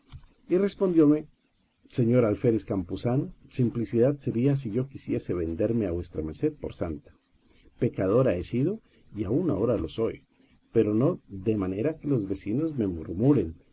tiene y respondióme señor alfeacu te rez campuzano simplicidad sería si yo quisiese venderme a v m por santa pecadora he sido y aún aora lo soy pero no de manera que los vecinos me murmuren